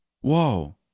Whoa